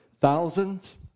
thousands